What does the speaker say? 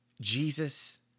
Jesus